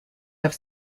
have